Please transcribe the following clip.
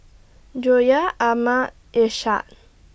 Joyah Ahmad Ishak